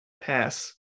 pass